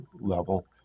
level